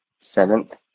Seventh